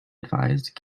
advised